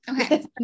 Okay